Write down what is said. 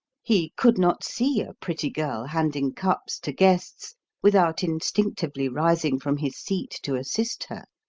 he could not see a pretty girl handing cups to guests without instinctively rising from his seat to assist her.